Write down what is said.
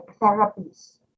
therapies